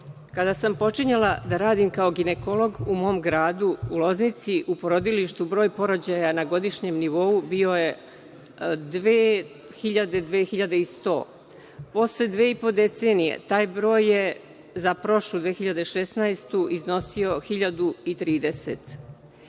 sam počinjala da radim kao ginekolog u mom gradu, u Loznici, broj porođaja na godišnjem nivou bio je 2000, 2100. Posle dve i po decenije taj broj je za prošlu 2016. godinu iznosio 1.030.